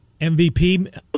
MVP